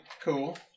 cool